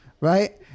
right